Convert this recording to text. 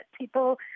people